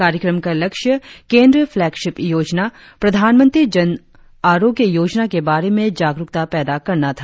कार्यक्रम का लक्ष्य केंद्रीय फ्लेक्शीफ योजना प्रधानमंत्री जन आरोग्य योजना के बारे में जागरुकता पैदा करना था